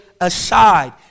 aside